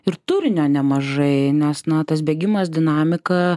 ir turinio nemažai nes na tas bėgimas dinamika